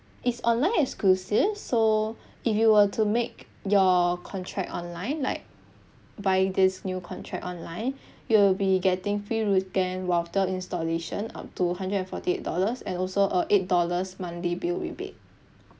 it's online exclusive so if you will to make your contract online like buy this new contract online you will be getting free weekend router installation up to hundred forty eight dollars and also a eight dollars monthly bill rebate